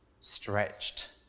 stretched